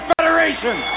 Federation